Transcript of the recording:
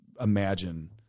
imagine –